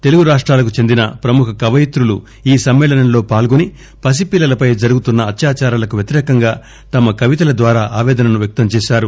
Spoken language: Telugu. తెలుగు రాష్టాలకు చెందిన ప్రముఖ కవయిత్రులు ఈ సమ్మేళనంలో పాల్గొని పసిపిల్లలపై జరుగుతున్న అత్యాచారాలకు వ్యతిరేకంగా తమ కవితల ద్వారా ఆపేదనను వ్వక్తం చేశారు